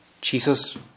Jesus